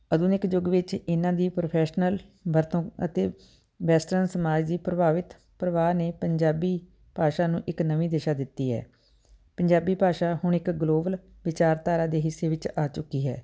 ਆਧੁਨਿਕ ਯੁੱਗ ਵਿੱਚ ਇਹਨਾਂ ਦੀ ਪ੍ਰੋਫੈਸ਼ਨਲ ਵਰਤੋਂ ਅਤੇ ਵੈਸਟਰਨ ਸਮਾਜ ਦੀ ਪ੍ਰਭਾਵਿਤ ਪ੍ਰਵਾਹ ਨੇ ਪੰਜਾਬੀ ਭਾਸ਼ਾ ਨੂੰ ਇੱਕ ਨਵੀਂ ਦਿਸ਼ਾ ਦਿੱਤੀ ਹੈ ਪੰਜਾਬੀ ਭਾਸ਼ਾ ਹੁਣ ਇੱਕ ਗਲੋਬਲ ਵਿਚਾਰਧਾਰਾ ਦੇ ਹਿੱਸੇ ਵਿੱਚ ਆ ਚੁੱਕੀ ਹੈ